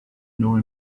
nor